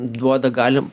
duoda galim